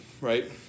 right